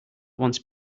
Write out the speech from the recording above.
once